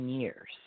years